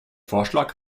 vorschlag